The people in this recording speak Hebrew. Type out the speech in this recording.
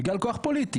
בגלל כוח פוליטי,